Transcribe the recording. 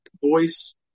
voice